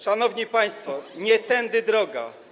Szanowni państwo, nie tędy droga.